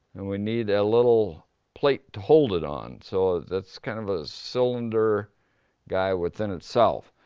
we need a little plate to hold it on. so that's kind of a cylinder guy within itself.